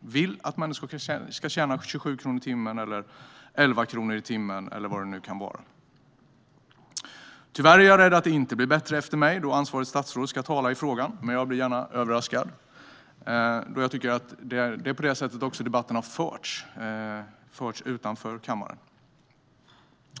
vill att människor ska tjäna 11 eller 27 kronor i timmen. Tyvärr är jag rädd att det inte blir bättre efter mig då ansvarigt statsråd ska tala i frågan, men jag blir gärna överraskad. Det är på det sättet som debatten har förts utanför kammaren.